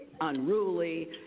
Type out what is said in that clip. unruly